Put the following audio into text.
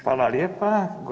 Hvala lijepa.